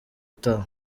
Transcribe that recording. utaha